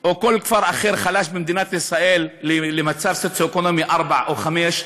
או כל כפר אחר חלש במדינת ישראל למצב סוציו-אקונומי 4 או 5,